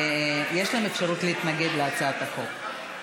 יש להם אפשרות להתנגד להצעת החוק,